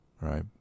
Right